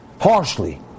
harshly